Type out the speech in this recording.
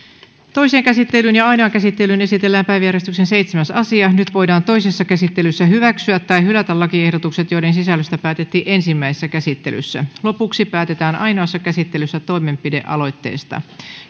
toiseen käsittelyyn ja ainoaan käsittelyyn esitellään päiväjärjestyksen seitsemäs asia nyt voidaan toisessa käsittelyssä hyväksyä tai hylätä lakiehdotukset joiden sisällöstä päätettiin ensimmäisessä käsittelyssä lopuksi päätetään ainoassa käsittelyssä toimenpidealoitteesta